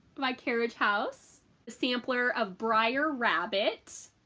by carriage house. the sampler of briar rabbit.